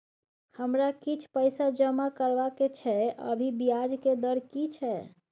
हमरा किछ पैसा जमा करबा के छै, अभी ब्याज के दर की छै?